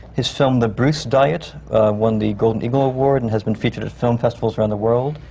his film the bruce diet won the golden eagle award and has been featured at film festivals around the world.